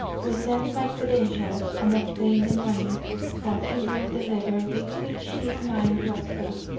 present my credentials, and obtain the money while he wrote the letter with which his mind was full.